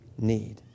need